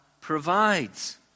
provides